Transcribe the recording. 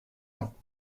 ans